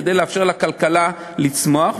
כדי לאפשר לכלכלה לצמוח,